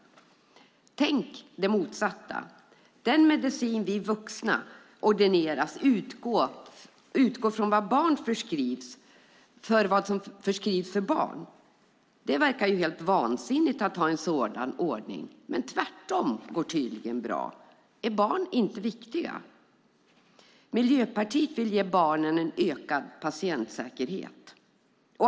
Tänk om situationen hade varit den motsatta, att den medicin som vi vuxna ordineras utgår från vad som förskrivs för barn! Det verkar helt vansinnigt att ha en sådan ordning, men tvärtom går tydligen bra. Är barn inte viktiga? Miljöpartiet vill ge barnen ökad patientsäkerhet.